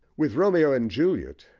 with romeo and juliet,